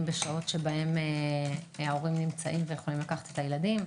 בשעות שבהם ההורים נמצאים ויכולים לקחת את הילדים,